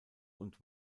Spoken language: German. und